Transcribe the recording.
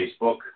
Facebook